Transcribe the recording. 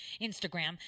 Instagram